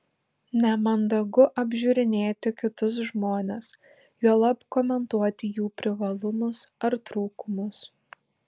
nemandagu apžiūrinėti kitus žmones juolab komentuoti jų privalumus ar trūkumus